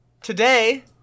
today